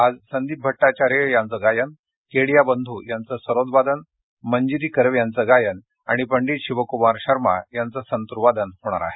आज संदीप भट्टाचार्य यांचं गायन केडिया बंधू यांचे सरोदवादन मंजिरी कर्वे यांचं गायन आणि पंडित शिवकूमार शर्मा यांचे संतूर वादन होणार आहे